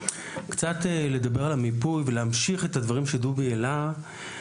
קצת לדבר על המיפוי ולהמשיך את הדברים שדובי העלה.